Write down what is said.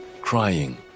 crying